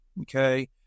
Okay